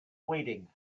weighting